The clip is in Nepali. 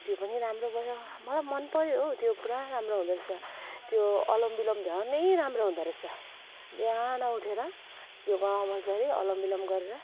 त्यो पनि राम्रो भयो मलाई मन पर्यो हो त्यो पुरा राम्रो हुँदो रहेछ त्यो अनुलोम बिलोम झनै राम्रो हुँदो रहेछ बिहान उठेर योगामा बस्दाखेरि अनुलोम बिलोम गरेर